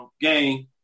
game